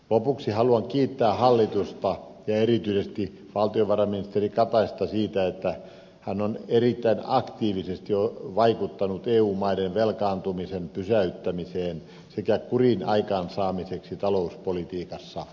lopuksi haluan kiittää hallitusta ja erityisesti valtiovarainministeri kataista siitä että hän on erittäin aktiivisesti vaikuttanut eu maiden velkaantumisen pysäyttämiseen sekä kurin aikaansaamiseksi talouspolitiikassa